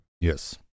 Yes